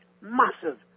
massive